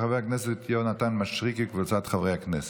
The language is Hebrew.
של חבר הכנסת יונתן מישרקי וקבוצת חברי הכנסת.